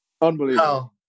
unbelievable